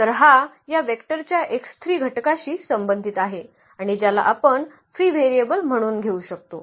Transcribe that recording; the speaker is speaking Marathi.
तर हा या वेक्टरच्या घटकाशी संबंधित आहे आणि ज्याला आपण फ्री व्हेरिएबल म्हणून घेऊ शकतो